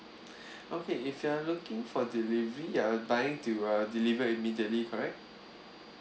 okay if you are looking for delivery you are buying to uh deliver immediately correct